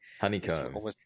honeycomb